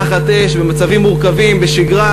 תחת אש, במצבים מורכבים, בשגרה,